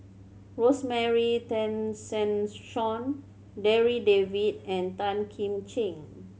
Rosemary Tessensohn Darryl David and Tan Kim Ching